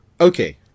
Okay